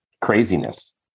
craziness